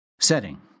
Setting